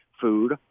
food